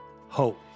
hope